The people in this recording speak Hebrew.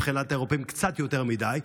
מבחינת האירופים קצת יותר מדי,